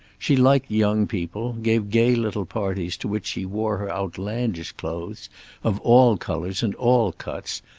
she liked young people, gave gay little parties to which she wore her outlandish clothes of all colors and all cuts,